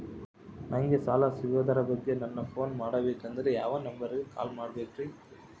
ನಂಗೆ ಸಾಲ ಸಿಗೋದರ ಬಗ್ಗೆ ನನ್ನ ಪೋನ್ ಮಾಡಬೇಕಂದರೆ ಯಾವ ನಂಬರಿಗೆ ಕಾಲ್ ಮಾಡಬೇಕ್ರಿ?